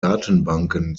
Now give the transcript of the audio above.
datenbanken